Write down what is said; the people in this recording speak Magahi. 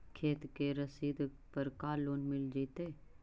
खेत के रसिद पर का लोन मिल जइतै?